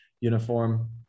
uniform